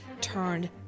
turned